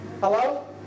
Hello